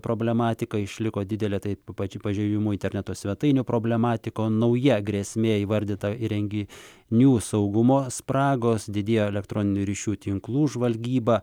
problematika išliko didelė tai pačių pažeidžiamų interneto svetainių problematika nauja grėsmė įvardyta įgenginių saugumo spragos didėjo elektroninių ryšių tinklų žvalgyba